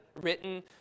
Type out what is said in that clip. written